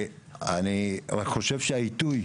אני רק חושב שהעיתוי,